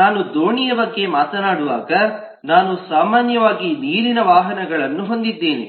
ನಾನು ದೋಣಿಯ ಬಗ್ಗೆ ಮಾತನಾಡುವಾಗ ನಾನು ಸಾಮಾನ್ಯವಾಗಿ ನೀರಿನ ವಾಹನಗಳನ್ನು ಹೊಂದಿದ್ದೇನೆ